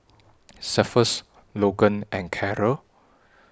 Cephus Logan and Karel